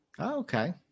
okay